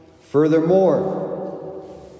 Furthermore